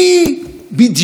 שנהיה מפולגים?